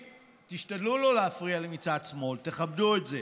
תשתדלו לא להפריע לי מצד שמאל, תכבדו את זה.